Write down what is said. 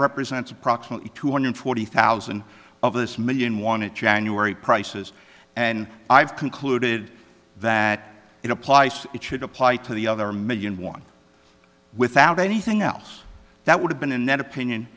represents approximately two hundred forty thousand of this million wanted january prices and i've concluded that it applies it should apply to the other million one without anything else that would have been in that opinion